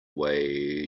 way